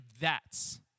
thats